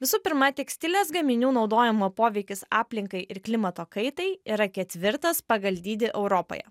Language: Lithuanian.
visų pirma tekstilės gaminių naudojimo poveikis aplinkai ir klimato kaitai yra ketvirtas pagal dydį europoje